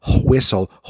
whistle